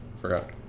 Forgot